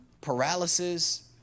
paralysis